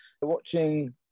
watching